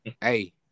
Hey